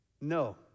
no